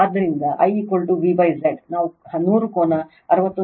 ಆದ್ದರಿಂದ I V Z ನಾವು 100 ಕೋನ 61